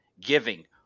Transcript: giving